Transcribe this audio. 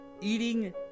Eating